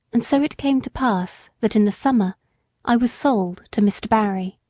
and so it came to pass that in the summer i was sold to mr. barry.